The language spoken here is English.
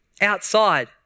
outside